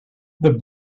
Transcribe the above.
the